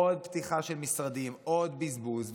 עוד פתיחה של משרדים, עוד בזבוז.